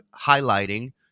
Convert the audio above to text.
highlighting